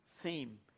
theme